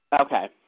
Okay